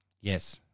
Yes